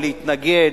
להתנגד,